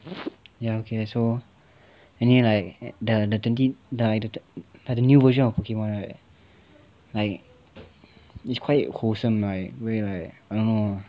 ya okay so anyway like the twenty the like the new version of pokemon right like it's quite wholesome right where like I don't know